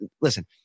listen –